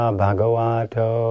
bhagavato